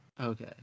Okay